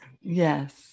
Yes